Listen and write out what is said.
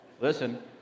listen